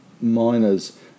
miners